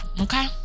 okay